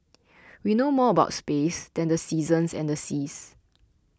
we know more about space than the seasons and the seas